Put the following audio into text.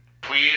please